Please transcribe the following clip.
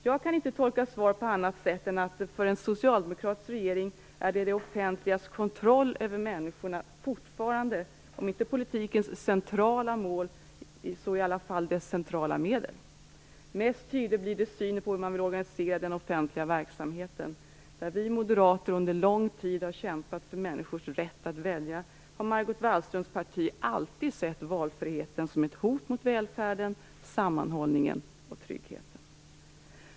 Jag kan inte tolka svaret på annat sätt än att det offentligas kontroll över människorna för en socialdemokratisk regering fortfarande är om inte politikens centrala mål, så i alla fall dess centrala medel. Mest tydligt blir det i synen på hur man vill organisera den offentliga verksamheten. Där vi moderater under lång tid har kämpat för människors rätt att välja, har Margot Wallströms parti alltid sett valfriheten som ett hot mot välfärden, sammanhållningen och tryggheten.